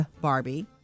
Barbie